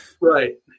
Right